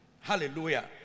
Hallelujah